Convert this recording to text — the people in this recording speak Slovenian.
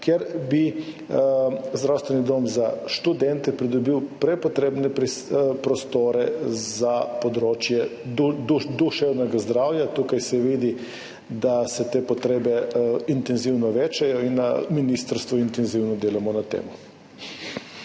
kjer bi Zdravstveni dom za študente pridobil prepotrebne prostore za področje duševnega zdravja. Tukaj se vidi, da se te potrebe intenzivno večajo in na ministrstvu intenzivno delamo na tem.